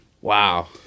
Wow